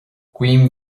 guím